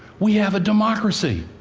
we have a democracy.